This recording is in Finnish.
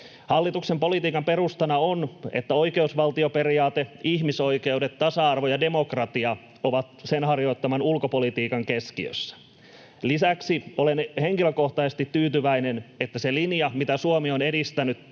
Hallituksen politiikan perustana on, että oikeusvaltioperiaate, ihmisoikeudet, tasa-arvo ja demokratia ovat sen harjoittaman ulkopolitiikan keskiössä. Lisäksi olen henkilökohtaisesti tyytyväinen, että se linja, mitä Suomi on edistänyt